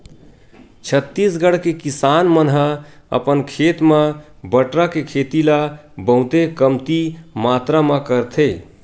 छत्तीसगढ़ के किसान मन ह अपन खेत म बटरा के खेती ल बहुते कमती मातरा म करथे